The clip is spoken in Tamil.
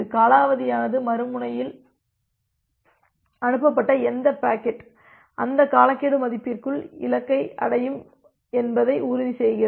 காலாவதியானது மறுமுனையில் அனுப்பப்பட்ட எந்த பாக்கெட் அந்த காலக்கெடு மதிப்பிற்குள் இலக்கை அடையும் என்பதை உறுதி செய்கிறது